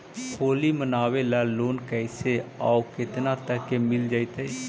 होली मनाबे ल लोन कैसे औ केतना तक के मिल जैतै?